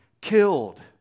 Killed